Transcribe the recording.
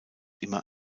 immer